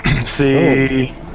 See